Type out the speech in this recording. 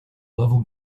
level